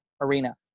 arena